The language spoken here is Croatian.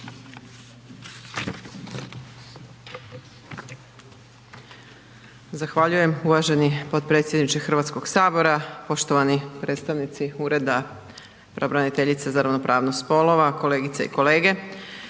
Zahvaljujem uvaženi potpredsjedniče Hrvatskog sabora, poštovani predstavnici Ureda pravobraniteljice za ravnopravnost spolova, kolegice i kolege.